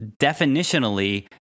definitionally